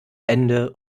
ende